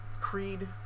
Creed